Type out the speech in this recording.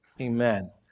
Amen